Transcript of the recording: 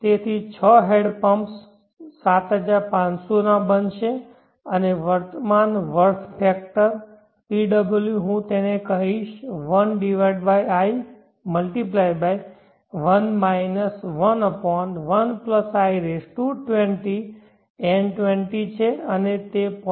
તેથી 6 hand pumps 7500 બનશે અને વર્તમાન વર્થ ફેક્ટર PW હું તેને કહીશ 1i1 11 i20 n 20 છે અને તે 0